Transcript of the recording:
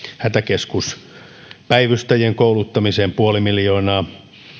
hätäkeskuspäivystäjien kouluttamiseen puoli miljoonaa